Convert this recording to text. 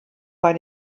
bei